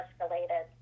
escalated